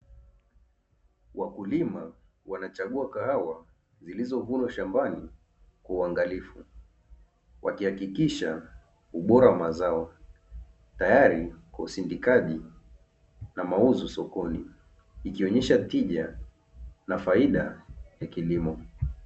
Wakulima wanachagua kahawa zilizovunwa shambani kwa uangalifu, wakihakikisha ubora wa mazao, tayari kwa usindikaji na mauzo sokoni ikionyesha tija na faida ya kilimo.